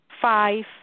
five